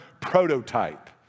prototype